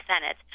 Senate